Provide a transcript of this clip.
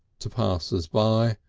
to passers-by,